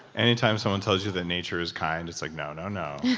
anytime someone tells you that nature is kind, it's like, no, no, no.